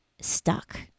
stuck